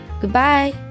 goodbye